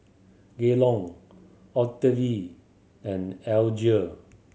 Gaylon Octavie and Alger